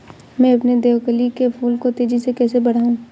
मैं अपने देवकली के फूल को तेजी से कैसे बढाऊं?